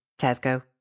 Tesco